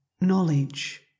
knowledge